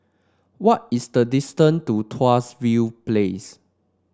what is the distance to Tuas View Place